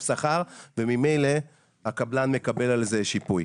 שכר וממילא הקבלן מקבל על זה שיפוי.